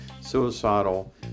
suicidal